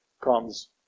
comes